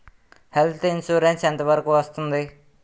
Health insurance ఎంత వరకు వస్తుంది?